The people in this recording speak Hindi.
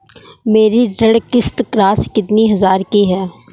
मेरी ऋण किश्त राशि कितनी हजार की है?